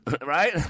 right